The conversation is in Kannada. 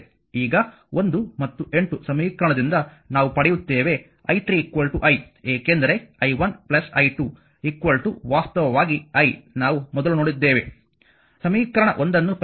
ಈಗ 1 ಮತ್ತು 8 ಸಮೀಕರಣದಿಂದ ನಾವು ಪಡೆಯುತ್ತೇವೆ i3 i ಏಕೆಂದರೆ i1 i2 ವಾಸ್ತವವಾಗಿ i ನಾವು ಮೊದಲು ನೋಡಿದ್ದೇವೆ ಸಮೀಕರಣ 1 ಅನ್ನು ಪರಿಶೀಲಿಸಿ